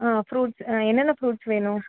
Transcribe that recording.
ஆ fruits என்னென்ன fruits வேணும்